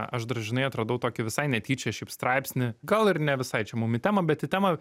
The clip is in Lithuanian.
aš dar žinai atradau tokį visai netyčia šiaip straipsnį gal ir ne visai čia mum i tema bet į temą